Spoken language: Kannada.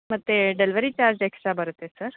ಮತ್ತು ಡೆಲ್ವರಿ ಚಾರ್ಜ್ ಎಕ್ಸ್ಟ್ರಾ ಬರುತ್ತೆ ಸರ್